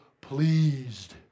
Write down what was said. pleased